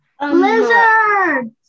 Lizards